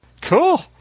cool